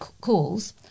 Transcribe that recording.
calls